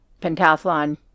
pentathlon